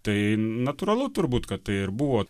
tai natūralu turbūt kad tai ir buvo